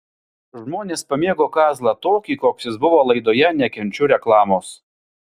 žmonės pamėgo kazlą tokį koks jis buvo laidoje nekenčiu reklamos